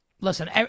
Listen